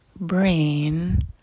brain